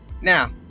Now